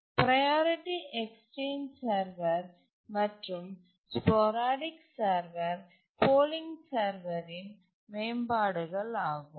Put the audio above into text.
priority exchange server மற்றும் sporadic server polling சர்வரின் மேம்பாடுகள் ஆகும்